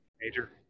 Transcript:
major